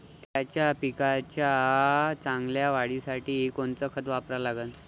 केळाच्या पिकाच्या चांगल्या वाढीसाठी कोनचं खत वापरा लागन?